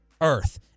earth